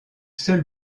seul